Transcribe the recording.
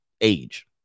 age